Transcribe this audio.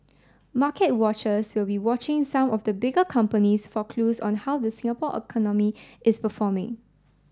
market watchers will be watching some of the bigger companies for clues on how the Singapore economy is performing